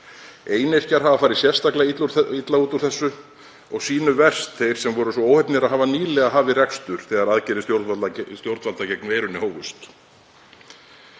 Einyrkjar hafa farið sérstaklega illa út úr þessu og sýnu verst þeir sem voru svo óheppnir að hafa nýlega hafið rekstur þegar aðgerðir stjórnvalda gegn veirunni hófust.